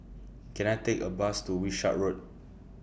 Can I Take A Bus to Wishart Road